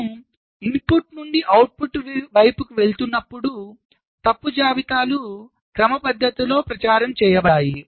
మనము ఇన్పుట్ నుండి అవుట్పుట్ వైపుకు వెళుతున్నప్పుడు తప్పు జాబితాలు క్రమపద్ధతిలో ప్రచారం చేయబడతాయి